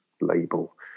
label